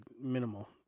minimal